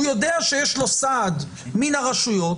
הוא יודע שיש לו סעד מן הרשויות,